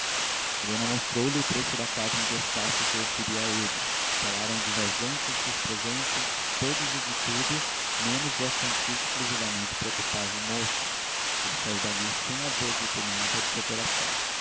helena mostrou-lhe o trecho da carta em que estácio se referia a ele falaram dos ausentes e dos presentes de todos e de tudo menos do assunto que exclusivamente preocupava o moço ele saiu dali sem haver dito nada de seu coração